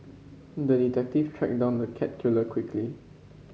the detective tracked down the cat killer quickly